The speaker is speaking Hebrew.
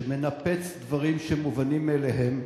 שמנפץ דברים שהם מובנים מאליהם,